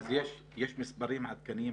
אז יש מספרים עדכניים,